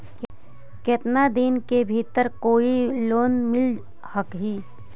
केतना दिन के भीतर कोइ लोन मिल हइ?